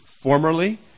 Formerly